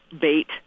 bait